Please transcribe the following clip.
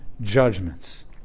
judgments